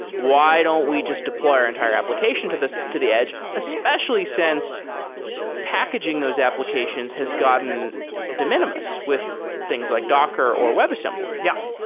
why don't we just deploy our entire application to the to the edge especially since packaging those applications has gotten de minimis with things like docker or webassembly yeah.